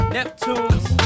Neptunes